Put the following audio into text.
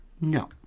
No